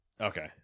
Okay